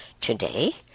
Today